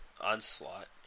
Onslaught